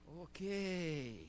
Okay